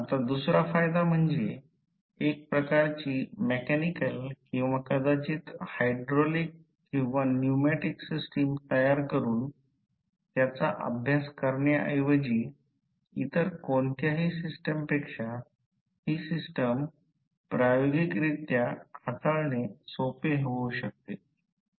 आता दुसरा फायदा म्हणजे एक प्रकारची मेकॅनिकल किंवा कदाचित हायड्रॉलिक किंवा न्यूमेटिक सिस्टम तयार करून त्याचा अभ्यास करण्याऐवजी इतर कोणत्याही सिस्टमपेक्षा हि सिस्टम प्रायोगिकरित्या हाताळणे सोपे होऊ शकते